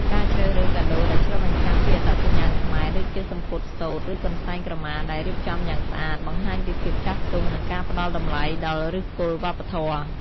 ការជ្រើសរើសកាដូដែលឆ្លុះបញ្ចាំងពីអត្តសញ្ញាណខ្មែរ ដូចជាសំពត់សូត្រ ឬកន្សែងក្រមាដែលរៀបចំយ៉ាងស្អាត បង្ហាញពីភាពចាស់ទុំ និងការផ្ដល់តម្លៃដល់ឫសគល់វប្បធម៌។